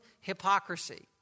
hypocrisy